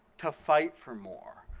to fight for more.